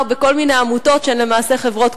בכל מיני עמותות שהן למעשה חברות כוח-אדם.